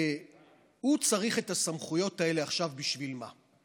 והוא צריך את הסמכויות האלה עכשיו בשביל מה?